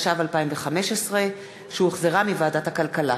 התשע"ו 2015, שהוחזרה מוועדת הכלכלה.